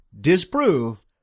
disprove